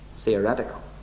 Theoretical